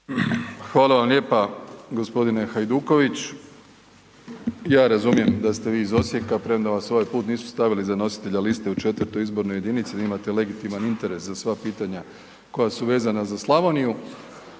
Hvala vam lijepa. Gospodine Hajduković. Ja razumijem da ste vi iz Osijeka premda vas ovaj put nisu stavili za nositelja liste u 4. izbornoj jedinici i da imate legitiman interes za sva pitanja koja su vezana za Slavoniju.